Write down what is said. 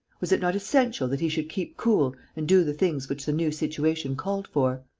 was it not essential that he should keep cool and do the things which the new situation called for?